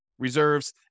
reserves